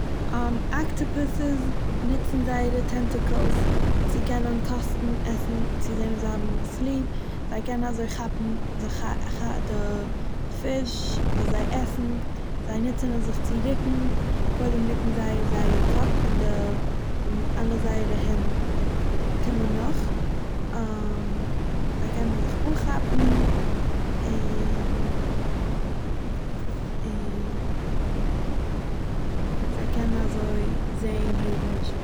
אקטיפאסוס ניצן זייער טעינטיקלס צו קענען קאסטן עסן צו זעהן אויב זיי האבן עס ליב, זיי קענען אזוי כאפן די חי- די פיש וואס זיי עסן, זיי נוצן עס זיך צו רוקן, קודם רוקן זיי זייער קאפ און די אלע זייערע הענט קומען נאך זיי קענען זיך אנכאפן און און זיי קענען אזוי זעהן הערן און שמעקן.